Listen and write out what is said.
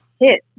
hit